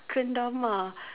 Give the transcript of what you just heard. kendama